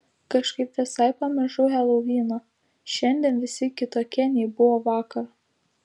kažkaip visai pamiršau heloviną šiandien visi kitokie nei buvo vakar